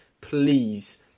please